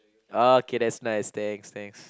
ah okay that's nice thanks thanks